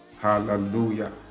hallelujah